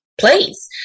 please